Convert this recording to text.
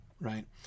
Right